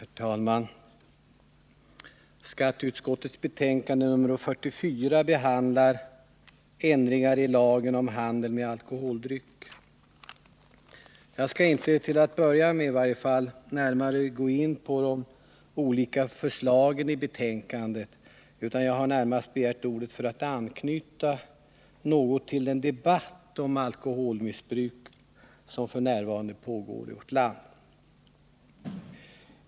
Herr talman! Skatteutskottets betänkande nr 44 behandlar ändringarna i lagen om handel med alkoholdrycker. Jag skall inte, åtminstone inte till att börja med, närmare gå in på de olika förslagen i betänkandet, utan jag har begärt ordet närmast för att anknyta något till den debatt om alkoholmissbruket som f. n. pågår i vårt land.